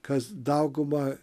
kas dauguma